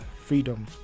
freedom